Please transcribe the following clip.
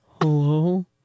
Hello